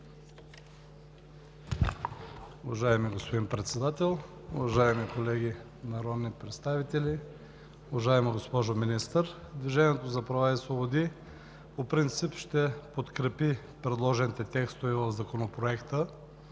Уважаеми господин Председател, уважаеми колеги народни представители, уважаема госпожо Министър! „Движението за права и свободи“ по принцип ще подкрепи предложените текстове в Законопроекта